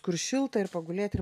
kur šilta ir pagulėt ir